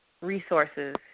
resources